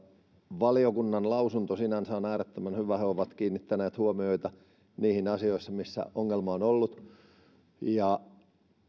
valiokunnan lausunto sinänsä on äärettömän hyvä he ovat kiinnittäneet huomiota niihin asioihin missä ongelma on ollut ja